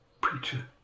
preacher